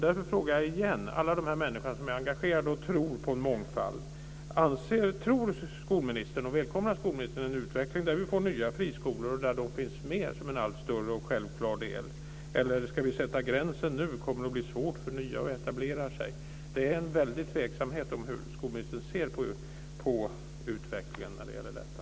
Därför frågar jag igen med tanke på alla de här människorna som är engagerade och tror på mångfald: Tror och välkomnar skolministern en utveckling där vi får nya friskolor, där de finns med som en allt större och självklar del, eller ska vi sätta gränsen nu? Kommer det att bli svårt för nya att etablera sig? Det råder en väldig tveksamhet om hur skolministern ser på utvecklingen när det gäller detta.